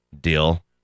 deal